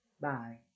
Bye